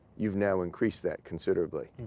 you've now increased that considerably.